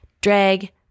Drag